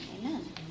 Amen